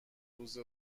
روز